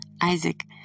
Isaac